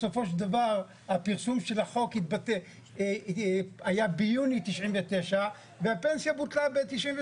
בסופו של דבר הפרסום של החוק היה ביוני 99' והפנסיה בוטלה ב-98',